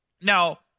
Now